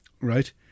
Right